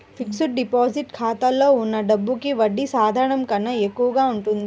fixed deposit ఖాతాలో ఉన్న డబ్బులకి వడ్డీ సాధారణం కన్నా ఎక్కువగా ఉంటుంది